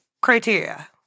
criteria